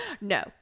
no